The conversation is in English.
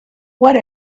what